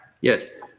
Yes